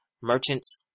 merchants